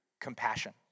compassion